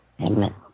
Amen